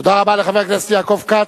תודה רבה לחבר הכנסת יעקב כץ.